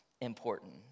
important